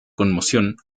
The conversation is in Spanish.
conmoción